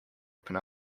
open